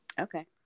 Okay